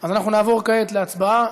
אז אנחנו נעבור כעת להצבעה,